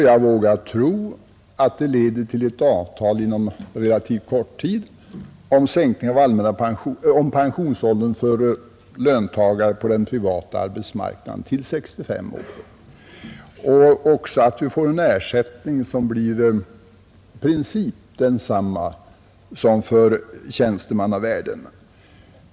Jag vågar tro att dessa förhandlingar leder till ett avtal inom relativt kort tid om sänkning av pensionsåldern för löntagare på den privata arbetsmarknaden till 65 år och också till att vi får en ersättning som blir i princip densamma som för tjänstemannavärlden.